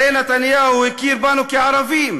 הרי נתניהו הכיר בנו כערבים,